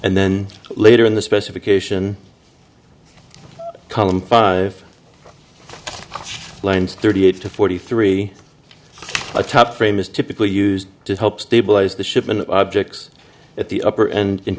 and then later in the specification column five lines thirty eight to forty three the top frame is typically used to help stabilize the shipment objects at the upper end in